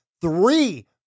three